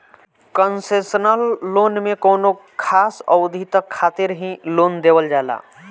concessional loan में कौनो खास अवधि तक खातिर ही लोन देवल जाला